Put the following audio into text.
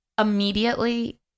Immediately